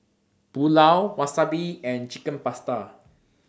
Pulao Wasabi and Chicken Pasta